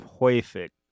perfect